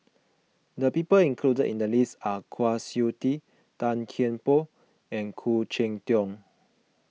the people included in the list are Kwa Siew Tee Tan Kian Por and Khoo Cheng Tiong